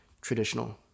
traditional